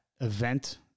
event